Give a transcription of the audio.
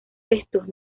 estos